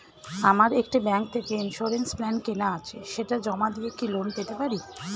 আমার একটি ব্যাংক থেকে ইন্সুরেন্স প্ল্যান কেনা আছে সেটা জমা দিয়ে কি লোন পেতে পারি?